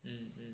mm mm